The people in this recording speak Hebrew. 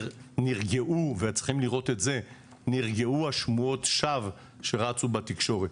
נרגעו וצריכים לראות את זה שמועות השווא שרצו בתקשורת.